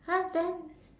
!huh! then